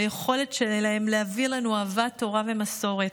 ביכולת שלהם להעביר לנו אהבת תורה ומסורת.